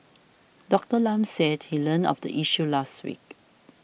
Doctor Lam said he learnt of the issue last week